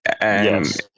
Yes